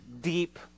deep